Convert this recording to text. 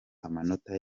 amanota